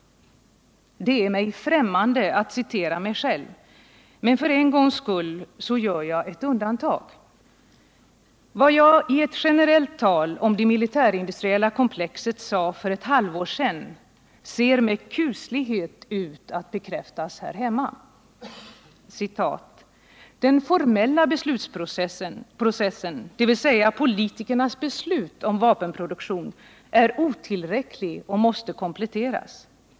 Det är mig främmande att citera mig själv, men för en gångs skull gör jag ett undantag. Vad jag i ett generellt tal om det militärindustriella komplexet sade för ett halvår sedan ser med kuslighet ut att bekräftas här hemma: ”Den formella beslutsprocessen, dvs. politikernas beslut om vapenproduktion är otillräcklig och måste kompletteras.